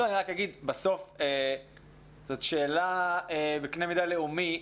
בסוף זאת שאלה בקנה מידה לאומי,